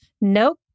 nope